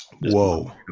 Whoa